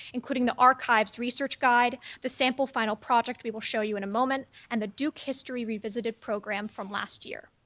including the article kind of research guide, the sample final project we will show you in a moment and the duke history revisited program from last year.